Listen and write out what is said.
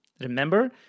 Remember